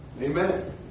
Amen